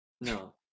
No